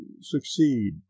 succeed